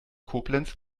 koblenz